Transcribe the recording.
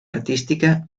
artística